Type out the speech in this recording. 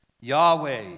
Yahweh